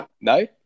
No